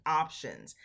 options